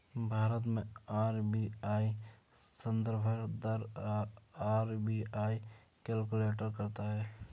भारत में आर.बी.आई संदर्भ दर आर.बी.आई कैलकुलेट करता है